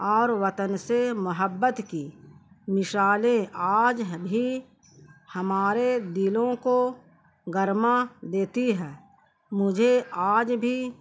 اور وطن سے محبت کی مثالیں آج بھی ہمارے دلوں کو گرما دیتی ہے مجھے آج بھی